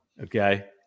Okay